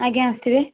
ଆଜ୍ଞା ଆସିବେ